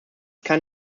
kann